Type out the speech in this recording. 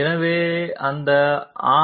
எனவே அந்த Rt